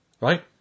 right